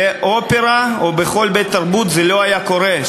על אלימות באופרה או בכל בית-תרבות זה לא היה קורה,